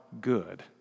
good